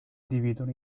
dividono